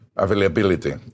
availability